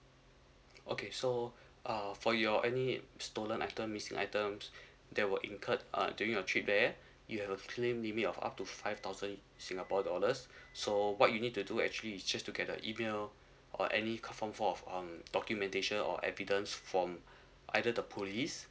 okay so uh for your any stolen item missing items that were incurred uh during your trip there you have a claim limit of up to five thousand singapore dollars so what you need to do actually is just to get the email or any card form of um documentation or evidence from either the police